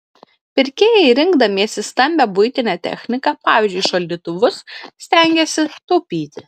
pirkėjai rinkdamiesi stambią buitinę techniką pavyzdžiui šaldytuvus stengiasi taupyti